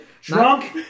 Drunk